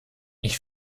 ich